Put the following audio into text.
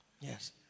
Yes